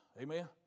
Amen